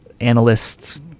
analysts